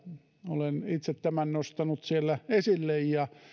olen itse tämän nostanut siellä esille ja